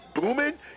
booming